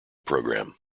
program